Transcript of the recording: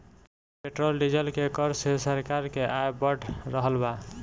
petrol diesel के कर से सरकार के आय बढ़ रहल बा